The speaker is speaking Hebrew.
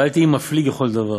ואל תהי מפליג לכל דבר,